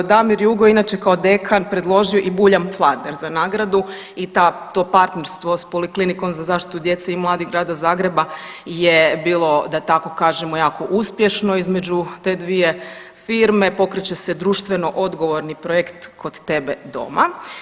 Damir Jugo inače kao dekan predložio je i Buljan Flander za nagradu i to partnerstvo s Poliklinikom za zaštitu djece i mladih Grada Zagreba je bilo da tako kažemo jako uspješno između te dvije firme, pokreće se društveno odgovorni projekt Kod tebe doma.